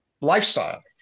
lifestyle